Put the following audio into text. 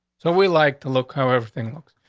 so we like to look how everything looks.